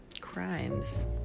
crimes